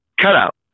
cutout